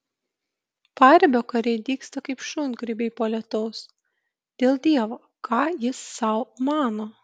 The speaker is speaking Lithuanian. paribio kariai dygsta kaip šungrybiai po lietaus dėl dievo ką jis sau mano